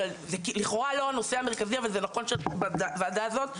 זה לכאורה לא הנושא המרכזי אבל זה נכון שהוועדה הזאת,